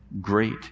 great